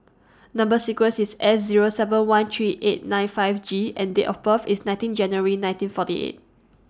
Number sequence IS S Zero seven one three eight nine five G and Date of birth IS nineteen January nineteen forty eight